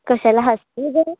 कशाला हसतील गं